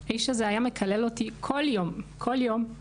האיש הזה היה מקלל אותי כל יום, כל יום,